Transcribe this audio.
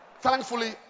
Thankfully